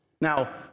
Now